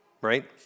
right